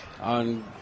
on